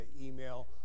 email